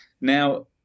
now